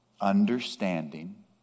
Understanding